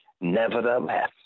Nevertheless